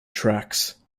tracks